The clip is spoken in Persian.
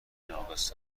ناقص